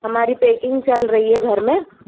हमारी पैकिंग चल रही है घर में